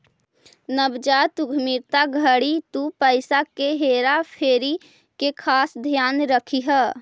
नवजात उद्यमिता घड़ी तु पईसा के हेरा फेरी के खास ध्यान रखीह